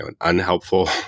unhelpful